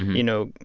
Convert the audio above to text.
you know,